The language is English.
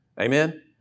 Amen